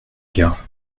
gars